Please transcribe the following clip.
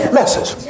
message